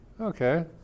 okay